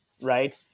right